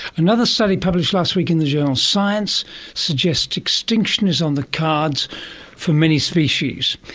another study, published last week in the journal science suggests extinction is on the cards for many species.